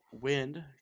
wind